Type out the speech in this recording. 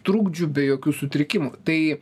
trukdžių be jokių sutrikimų tai